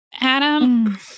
Adam